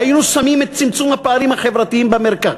והיינו שמים את צמצום הפערים החברתיים במרכז,